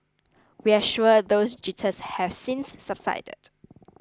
we're sure those jitters have since subsided